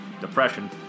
depression